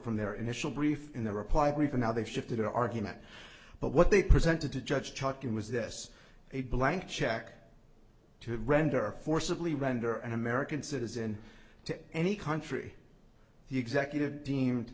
from their initial brief in the reply brief and how they shifted our argument but what they presented to judge talking was this a blank check to render forcibly render an american citizen to any country the executive deemed